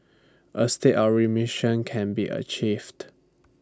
A state of remission can be achieved